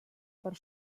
per